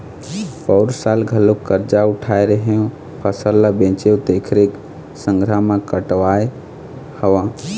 पउर साल घलोक करजा उठाय रेहेंव, फसल ल बेचेंव तेखरे संघरा म कटवाय हँव